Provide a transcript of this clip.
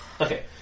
Okay